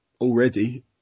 already